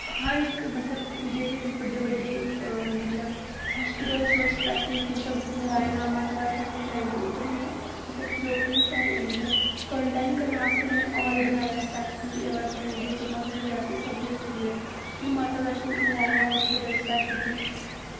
हर इक्क मतलब जेह्ड़े बी बड्डे बड्डे मतलब हॉस्पिटल नारायणा श्रीमाता वैष्णो देवी मतलब उद्धर उनें लोकें आस्तै मतलब कोरोनटाईन करने आस्तै उ'नें हाल बनाया उ'नें रियासी बिच सब डिस्ट्रिक्ट श्रीमाता वैष्णो देवी हॉस्पिटल स्पेशलिटी